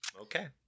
okay